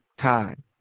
time